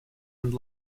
and